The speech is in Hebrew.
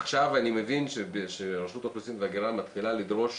עכשיו אני מבין שרשות האוכלוסין וההגירה מתחילה לדרוש